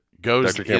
goes